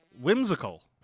Whimsical